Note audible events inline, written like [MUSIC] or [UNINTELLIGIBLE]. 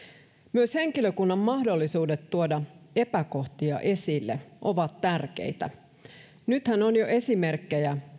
myös henkilökunnan mahdollisuudet tuoda epäkohtia esille ovat tärkeitä nythän on jo esimerkkejä [UNINTELLIGIBLE]